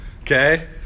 Okay